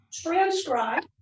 transcribe